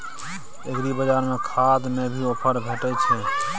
एग्रीबाजार में खाद में भी ऑफर भेटय छैय?